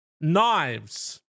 Knives